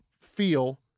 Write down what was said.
feel